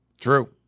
true